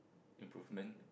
improvement